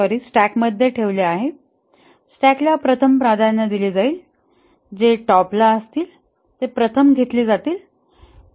स्टॅकला प्रथम प्राधान्य दिले जाईल जे टॉप ला असतील ते प्रथम घेतले जाईल